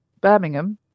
Birmingham